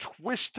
twisted